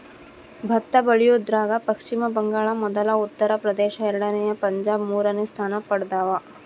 ಭತ್ತ ಬೆಳಿಯೋದ್ರಾಗ ಪಚ್ಚಿಮ ಬಂಗಾಳ ಮೊದಲ ಉತ್ತರ ಪ್ರದೇಶ ಎರಡನೇ ಪಂಜಾಬ್ ಮೂರನೇ ಸ್ಥಾನ ಪಡ್ದವ